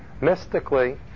Mystically